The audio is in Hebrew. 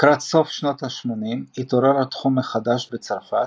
לקראת סוף שנות ה-80, התעורר התחום מחדש בצרפת,